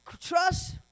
Trust